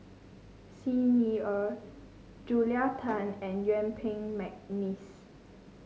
Xi Ni Er Julia Tan and Yuen Peng McNeice